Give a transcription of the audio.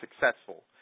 successful